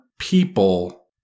people